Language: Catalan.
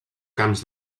camps